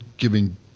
Giving